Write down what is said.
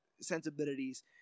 sensibilities